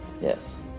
Yes